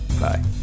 Bye